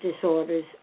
disorders